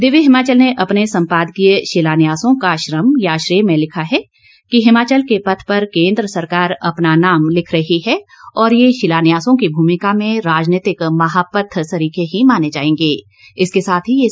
दिव्य हिमाचल ने अपने संपादकीय शिलान्यासों का श्रम या श्रेय में लिखा है कि हिमाचल के पथ पर केंद्र सरकार अपना नाम लिख रही है और यह शिलान्यासों की भूमिका में राजनीतिक महापथ सरीखे ही माने जाएंगे